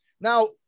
Now